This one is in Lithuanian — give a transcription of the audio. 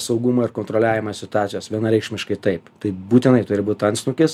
saugumą ir kontroliavimą situacijos vienareikšmiškai taip tai būtinai turi būt antsnukis